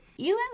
Elin